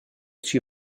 schi